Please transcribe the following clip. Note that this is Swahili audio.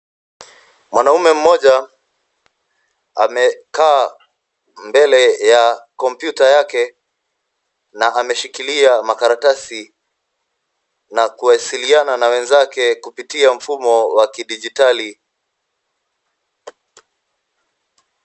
Mwanaume mmoja, amekaa mbele ya kompyuta yake, na ameshikilia makaratasi, na kuwasiliana na wenzake kupitia mfumo wa kidijitali.